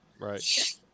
Right